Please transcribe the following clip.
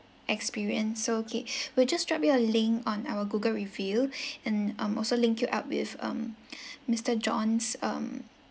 experience so okay we'll just drop you a link on our google review and um also link you up with um mister john's um